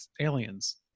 aliens